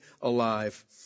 alive